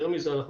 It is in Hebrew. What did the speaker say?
יותר מזה,